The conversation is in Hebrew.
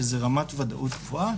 שזה רמת ודאות גבוהה,